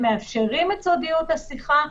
הם מאפשרים את סודיות השיחה,